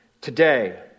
Today